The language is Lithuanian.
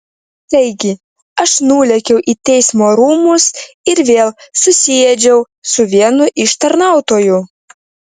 taigi aš nulėkiau į teismo rūmus ir vėl susiėdžiau su vienu iš tarnautojų